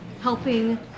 helping